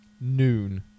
noon